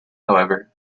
however